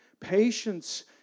patience